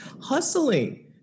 hustling